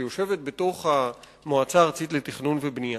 שיושבת במועצה הארצית לתכנון ולבנייה,